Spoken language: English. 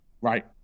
Right